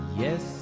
yes